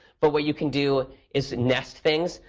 but what you can do is nest things.